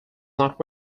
not